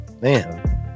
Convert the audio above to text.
Man